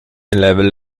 level